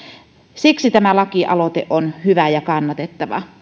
siksi tämä lakialoite on hyvä ja kannatettava